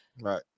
Right